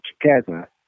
together